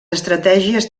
estratègies